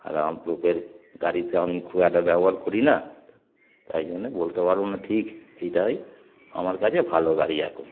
আর লোকের গাড়িতে আমি খুব একটা ব্যবহার করি না তাই জন্যে বলতে পারবো না ঠিক এইটাই আমার কাছে ভালো গাড়ি এখন